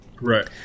Right